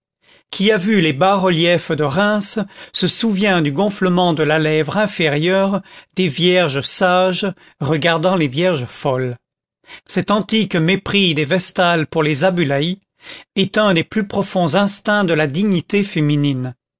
qui a vu les bas-reliefs de reims se souvient du gonflement de la lèvre inférieure des vierges sages regardant les vierges folles cet antique mépris des vestales pour les ambulaïes est un des plus profonds instincts de la dignité féminine